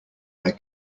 their